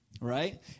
Right